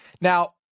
Now